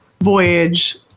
voyage